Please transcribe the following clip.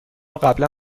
قبلا